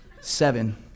Seven